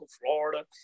Florida